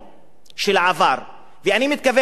של העבר, ואני מתכוון לכיבוש.